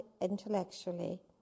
intellectually